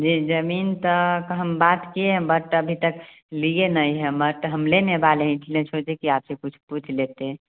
जी जमीन तो क हम बात किए हैं बट अभी तक लिए नहीं हैं मगर तो हम लेने वाले हैं इसलिए सोचे कि आपसे कुछ पूछ लेते